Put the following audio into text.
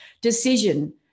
decision